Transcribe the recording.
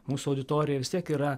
mūsų auditorija vis tiek yra